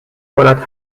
کند